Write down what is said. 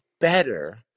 better